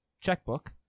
checkbook